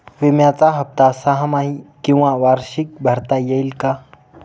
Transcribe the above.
विम्याचा हफ्ता सहामाही किंवा वार्षिक भरता येईल का?